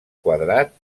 quadrat